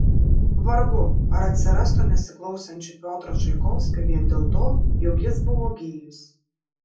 vargu ar atsirastų nesiklausančių piotro čaikovskio vien dėl to jog jis buvo gėjus